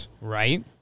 Right